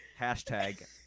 Hashtag